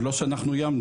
זה לא שאנחנו איימנו,